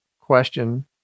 question